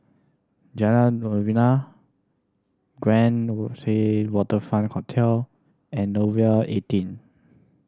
Jalan Novena Grand Waterfront Hotel and Nouvel eighteen